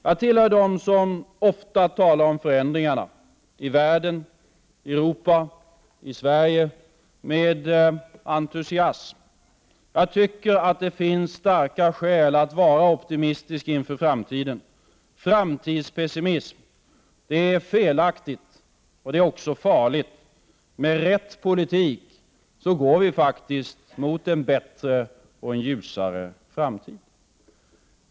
Jag tillhör dem som ofta talar om förändringarna — i världen, i Europa, i Sverige — med entusiasm. Jag tycker att det finns starka skäl att vara optimistisk inför framtiden. Framtidspessimism är felaktigt och också farligt. Med rätt politik går vi faktiskt mot en bättre och ljusare framtid.